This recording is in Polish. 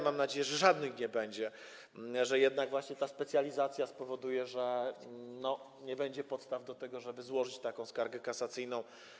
Mam nadzieję, że żadnych nie będzie, że jednak właśnie ta specjalizacja spowoduje, że nie będzie podstaw do tego, żeby złożyć taką skargę kasacyjną.